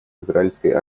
израильской